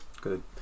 Good